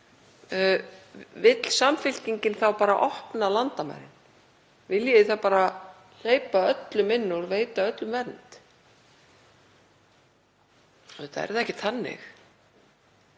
Vill Samfylkingin þá bara opna landamærin? Viljið þið þá bara hleypa öllum inn og veita öllum vernd? Auðvitað er það ekki þannig.